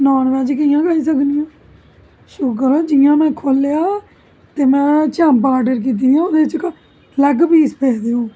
non veg कियां खाई सकनी आं शुकर ऐ जियां में खोह्लेआ ते में चाम्पां आर्डर कीती दी हां ओहदे च लेग पीस पेदे है